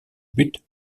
but